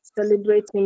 celebrating